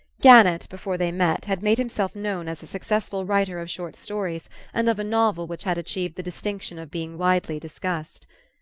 gannett, before they met, had made himself known as a successful writer of short stories and of a novel which had achieved the distinction of being widely discussed.